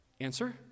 Answer